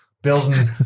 Building